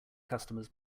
customers